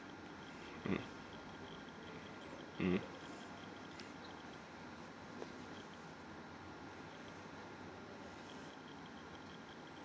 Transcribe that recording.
hmm hmm